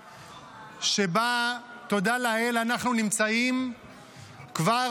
שבה, תודה לאל, אנחנו נמצאים כבר